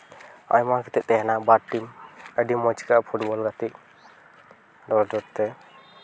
ᱟᱭᱢᱟ ᱠᱟᱛᱮᱜ ᱛᱟᱦᱮᱱᱟ ᱵᱟᱨ ᱴᱤᱢ ᱟᱹᱰᱤ ᱢᱚᱡᱽ ᱟᱹᱭᱠᱟᱹᱜᱼᱟ ᱯᱷᱩᱴᱵᱚᱞ ᱜᱟᱛᱮᱜ ᱚᱱᱟ ᱠᱷᱟᱹᱛᱤᱨ ᱛᱮ